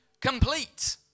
complete